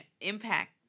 impact